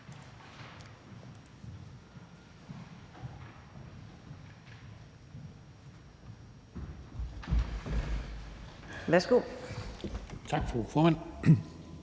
(LA): Tak, fru formand.